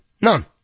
None